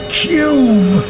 cube